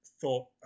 thought